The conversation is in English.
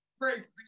Grace